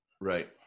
Right